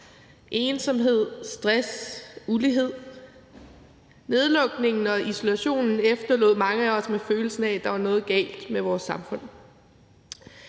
ensomhed, stress, ulighed. Nedlukningen og isolationen efterlod mange af os med følelsen af, at der var noget galt med vores samfund.